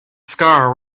scar